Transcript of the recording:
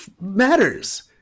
matters